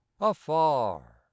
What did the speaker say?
afar